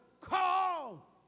call